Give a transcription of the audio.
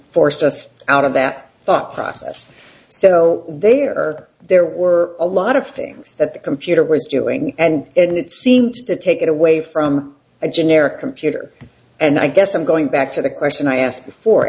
forced us out of that thought process so they are there were a lot of things that the computer was doing and it seemed to take it away from a generic computer and i guess i'm going back to the question i asked before